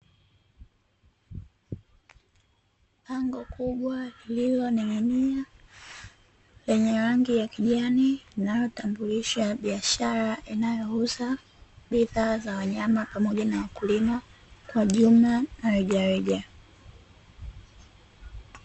Bango k,ubwa lililoning'inia lenye rangi ya kijani, linalotambulisha biashara inayouza bidhaa za wanyama pamoja na wakulima kwa jumla na rejareja.